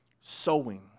Sowing